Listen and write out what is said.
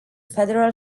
federal